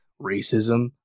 racism